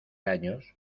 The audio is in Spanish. años